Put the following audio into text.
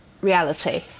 reality